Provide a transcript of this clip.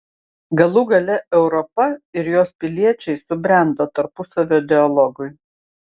galų gale europa ir jos piliečiai subrendo tarpusavio dialogui